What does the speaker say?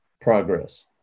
progress